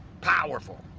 powerful.